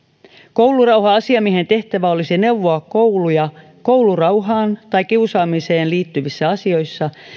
koulurauha asiamiehen tehtävä olisi neuvoa kouluja koulurauhaan tai kiusaamiseen liittyvissä asioissa